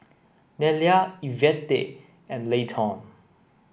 Nelia Ivette and Layton